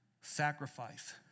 sacrifice